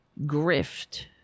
grift